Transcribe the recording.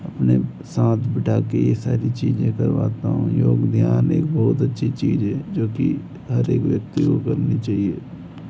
अपने साथ बिठा के ये सारी चीज़ें करवाता हूँ योग ध्यान एक बहुत अच्छी चीज है जो कि हर एक व्यक्ति को करनी चाहिए